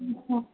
ହଁ